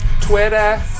Twitter